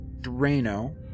Drano